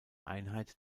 einheit